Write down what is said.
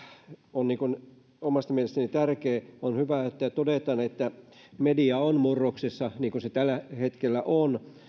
on omasta mielestäni tärkeää on hyvä että todetaan että media on murroksessa niin kuin se tällä hetkellä on